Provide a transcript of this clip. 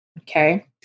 okay